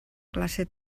classe